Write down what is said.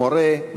מורה,